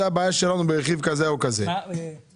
זה הבעיה שלנו ברכיב כזה או כזה ויבדקו,